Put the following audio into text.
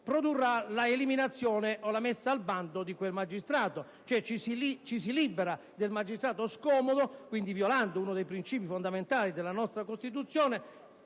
produrrà l'eliminazione o la messa al bando di quel magistrato. Ci si libera cioè del magistrato scomodo, violando quindi uno dei princìpi fondamentali della nostra Costituzione,